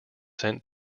sent